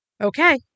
Okay